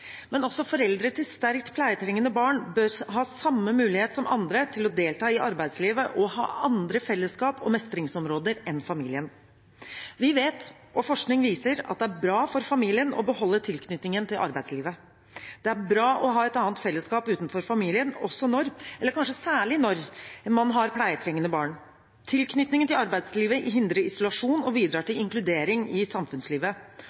Men også foreldre til sterkt pleietrengende barn bør ha samme mulighet som andre til å delta i arbeidslivet og ha andre fellesskap og mestringsområder enn familien. Vi vet, og forskning viser, at det er bra for familien å beholde tilknytningen til arbeidslivet. Det er bra å ha et annet fellesskap utenfor familien, også når – eller kanskje særlig når – man har pleietrengende barn. Tilknytningen til arbeidslivet hindrer isolasjon og bidrar til inkludering i samfunnslivet.